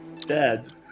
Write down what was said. Dad